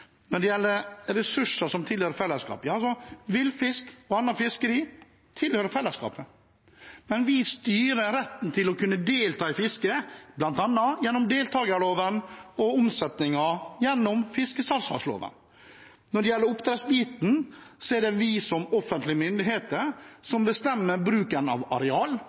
Når det gjelder ressurser som tilhører fellesskapet, vil fisk og fiskeri være blant dem. Men vi styrer retten til å kunne delta i fisket, bl.a. gjennom deltakerloven, og omsetningen gjennom fiskesalgslagsloven. Når det gjelder oppdrettsbiten, er det vi som offentlige myndigheter som bestemmer bruken av areal